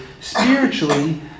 spiritually